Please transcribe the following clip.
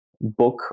book